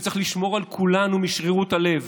שצריך לשמור על כולנו משרירות הלב,